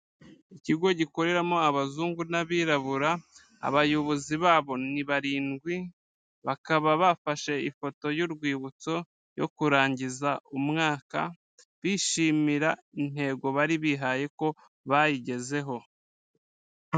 Ikigo gikoreramo abazungu n'abirabura abayobozi babo ni barindwi bakaba bafashe ifoto y'urwibutso yo kurangiza umwaka bishimira intego bari bihaye ko bayigezeho.